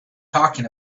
talking